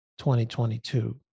2022